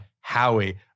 Howie